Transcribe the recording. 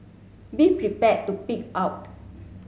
be prepared to pig out